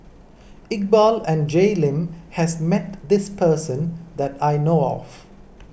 Iqbal and Jay Lim has met this person that I know of